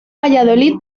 valladolid